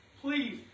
please